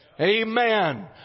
Amen